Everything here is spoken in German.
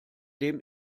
dem